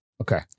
Okay